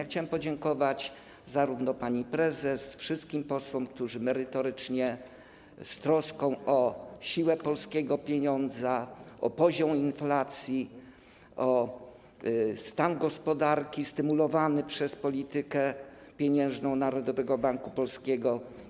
Chciałem podziękować zarówno pani prezes, jak i wszystkim posłom, którzy wypowiadali się merytorycznie, z troską o siłę polskiego pieniądza, o poziom inflacji, o stan gospodarki stymulowany przez politykę pieniężną Narodowego Banku Polskiego.